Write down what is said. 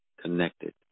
connected